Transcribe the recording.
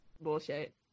bullshit